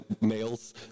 males